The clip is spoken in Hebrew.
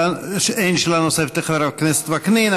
אין שאלה נוספת לחבר הכנסת וקנין,